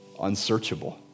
unsearchable